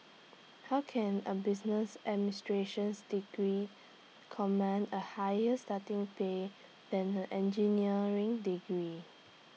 how can A business administrations degree command A higher starting pay than an engineering degree